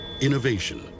Innovation